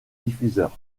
diffuseur